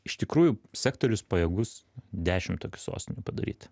iš tikrųjų sektorius pajėgus dešim tokių sostinių padaryt